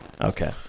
Okay